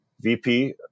VP